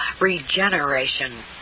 regeneration